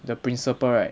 的 principle right